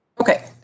Okay